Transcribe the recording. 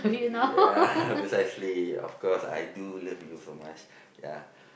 ya precisely of course I do love you so much ya